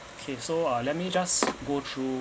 okay so uh let me just go through